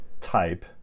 type